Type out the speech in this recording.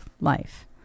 life